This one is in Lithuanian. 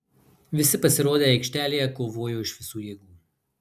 visi pasirodę aikštelėje kovojo iš visų jėgų